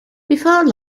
before